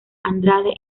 andrade